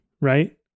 right